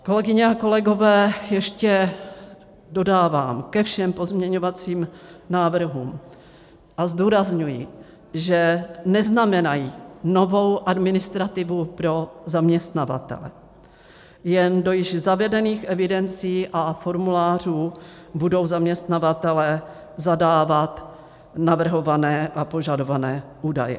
Kolegyně a kolegové, ještě dodávám ke všem pozměňovacím návrhům: zdůrazňuji, že neznamenají novou administrativu pro zaměstnavatele, jen do již zavedených evidencí a formulářů budou zaměstnavatelé zadávat navrhované a požadované údaje.